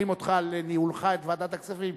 מברכים אותך על ניהולך את ועדת הכספים,